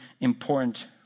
important